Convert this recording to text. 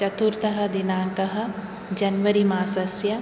चतुर्थः दिनाङ्कः जन्वरीमासस्य